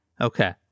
Okay